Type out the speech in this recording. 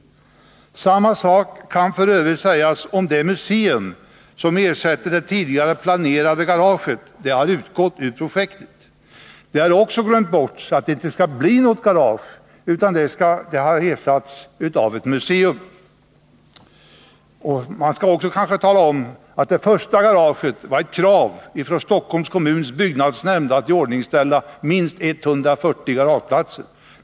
Samma sak kan f. ö. sägas om det museum som ersätter det tidigare planerade garaget, som utgått ur projektet. Det har också glömts bort. Man skall kanske också tala om att det första garaget planerades för att tillmötesgå ett krav från Stockholms kommuns byggnadsnämnd på iordningställande av minst 140 garageplatser.